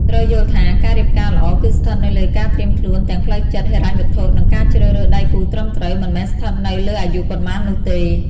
ត្រូវយល់ថា ការរៀបការល្អ គឺស្ថិតនៅលើការត្រៀមខ្លួនទាំងផ្លូវចិត្ត ហិរញ្ញវត្ថុ និងការជ្រើសរើសដៃគូត្រឹមត្រូវ មិនមែនស្ថិតនៅលើអាយុប៉ុន្មាននោះទេ ។